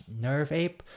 nerveape